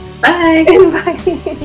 bye